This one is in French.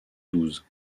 douze